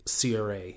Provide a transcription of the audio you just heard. CRA